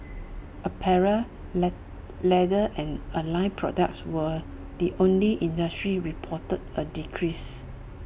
apparel let leather and allied products were the only industry reporting A decrease